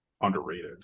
underrated